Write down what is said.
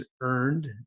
earned